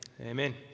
amen